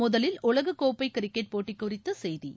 முதலில் உலகக்கோப்பை கிரிக்கெட் போட்டி குறித்த செய்திகள்